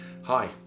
Hi